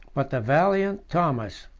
but the valiant thomas,